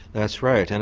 that's right, and